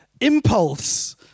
Impulse